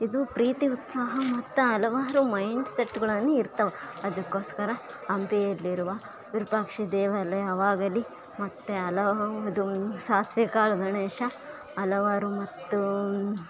ಇದು ಪ್ರೀತಿ ಉತ್ಸಾಹ ಮತ್ತು ಹಲವಾರು ಮೈಂಡ್ ಸೆಟ್ಗಳನ್ನು ಇರ್ತಾವೆ ಅದುಕೋಸ್ಕರ ಹಂಪಿಯಲ್ಲಿರುವ ವಿರೂಪಾಕ್ಷ ದೇವಾಲಯವಾಗಲಿ ಮತ್ತು ಹಲವಾರು ಸಾಸಿವೆ ಕಾಳು ಗಣೇಶ ಹಲವಾರು ಮತ್ತು